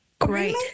Great